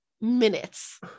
minutes